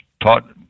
taught